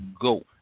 go